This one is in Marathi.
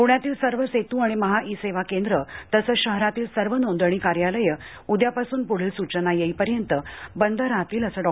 पृण्यातील सर्व सेतू आणि महा इ सेवा केंद्र तसंच शहरातील सर्व नोंदणी कार्यालये उद्यापासून प्ढील सूचना येईपर्यंत बंद राहतील असं डॉ